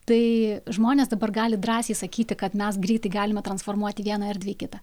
tai žmonės dabar gali drąsiai sakyti kad mes greitai galime transformuoti vieną erdvę į kitą